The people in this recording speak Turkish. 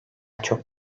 çok